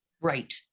Right